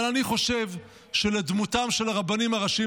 אבל אני חושב שלדמותם של הרבנים הראשיים